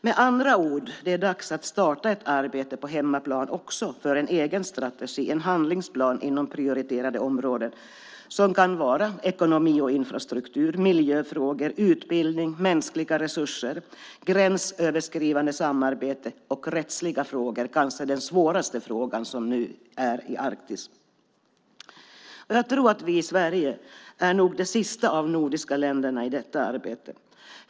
Med andra ord är det dags att starta ett arbete också på hemmaplan för en egen strategi, en handlingsplan inom prioriterade områden som kan vara ekonomi och infrastruktur, miljöfrågor, utbildning och mänskliga resurser, gränsöverskridande samarbete och rättsliga frågor, kanske den svåraste frågan nu i Arktis. Jag tror att vi i Sverige nog är det sista av de nordiska länderna i detta arbete.